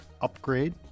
upgrade